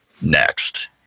next